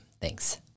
Thanks